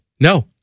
No